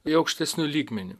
į aukštesniu lygmeniu